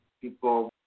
people